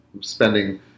spending